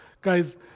Guys